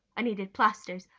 i needed plasters,